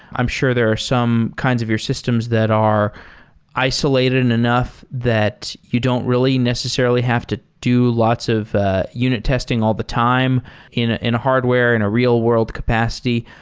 i'm sure there are some kinds of your systems that are isolated enough that you don't really necessarily have to do lots of ah unit testing all the time in ah in hardware in a real-world capacity.